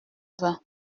vin